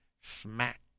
Smack